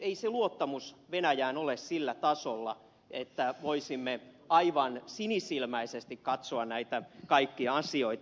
ei se luottamus venäjään ole sillä tasolla että voisimme aivan sinisilmäisesti katsoa näitä kaikkia asioita